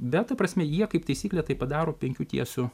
bet ta prasme jie kaip taisyklė tai padaro penkių tiesių